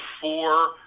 four